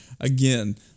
again